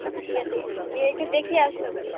আচ্ছা ঠিক আচে গিয়ে একটু দেখিয়ে আসবো